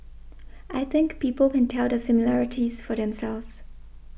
I think people can tell the similarities for themselves